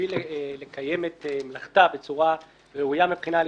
בשביל לקיים את מלאכתה בצורה ראויה מבחינה הליכית,